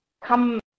come